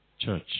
church